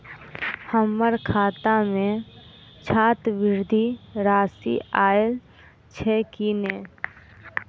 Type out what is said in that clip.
हम्मर खाता मे छात्रवृति राशि आइल छैय की नै?